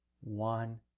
one